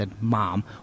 Mom